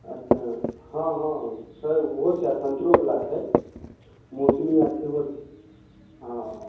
अच्छे हँ हँ सब ओहो छै आ सन्तरोबला छै मौसमी आर सेहो हँ